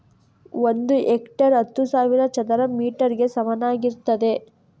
ಒಂದು ಹೆಕ್ಟೇರ್ ಹತ್ತು ಸಾವಿರ ಚದರ ಮೀಟರ್ ಗೆ ಸಮಾನವಾಗಿರ್ತದೆ